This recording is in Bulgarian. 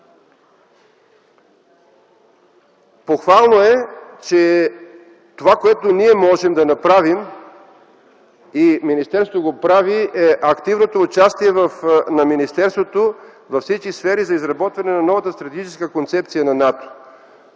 Похвално е, че онова, което ние можем да направим и министерството го прави, е активното участие на министерството във всички сфери за изработване на новата Стратегическа концепция на НАТО.